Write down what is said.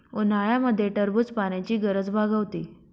उन्हाळ्यामध्ये टरबूज पाण्याची गरज भागवते